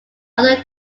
other